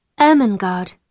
Ermengarde